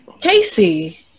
Casey